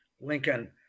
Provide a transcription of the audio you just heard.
Lincoln